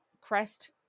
crest